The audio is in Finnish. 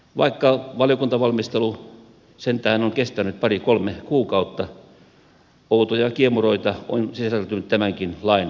vaikka valiokuntavalmistelu sentään on kestänyt pari kolme kuukautta outoja kiemuroita on sisältynyt tämänkin lain valmisteluun